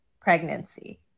pregnancy